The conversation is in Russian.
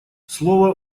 слова